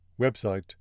Website